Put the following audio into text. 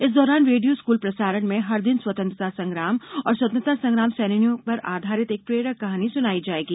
इस दौरान radio school प्रसारण में हर दिन स्वतंत्रता संग्राम और स्वतंत्रता संग्राम सेनानियों पर आधारित एक प्रेरक कहानी सुनाई जायेगी